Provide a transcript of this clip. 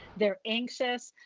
they're anxious.